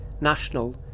national